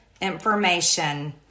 information